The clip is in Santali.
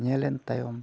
ᱧᱮᱞᱮᱱ ᱛᱟᱭᱚᱢ